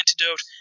antidote